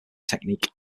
technique